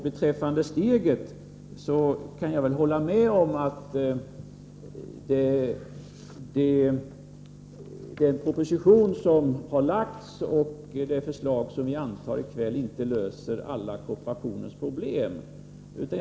Beträffande steget kan jag väl hålla med om att propositionen och det förslag som kommer att antas i kväll inte löser alla kooperationens problem.